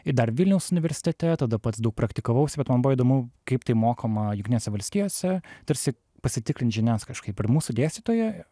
ir dar vilniaus universitete tada pats daug praktikavausi bet man buvo įdomu kaip tai mokoma jungtinėse valstijose tarsi pasitikrint žinias kažkaip ir mūsų dėstytoja